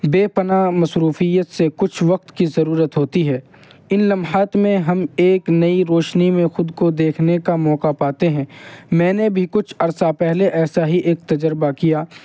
بے پناہ مصروفیت سے کچھ وقت کی ضرورت ہوتی ہے ان لمحات میں ہم ایک نئی روشنی میں خود کو دیکھنے کا موقع پاتے ہیں میں نے بھی کچھ عرصہ پہلے ایسا ہی ایک تجربہ کیا